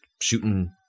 shooting